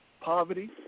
poverty